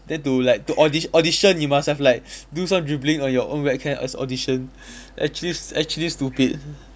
then to like to audi~ audition you must have like do some dribbling on your own webcam as audition actually s~ actually stupid